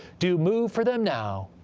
do move for them now.